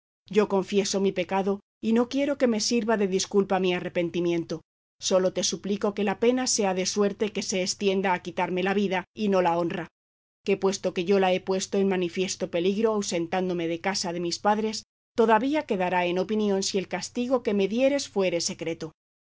yo confieso mi pecado y no quiero que me sirva de disculpa mi arrepentimiento sólo te suplico que la pena sea de suerte que se estienda a quitarme la vida y no la honra que puesto que yo la he puesto en manifiesto peligro ausentándome de casa de mis padres todavía quedará en opinión si el castigo que me dieres fuere secreto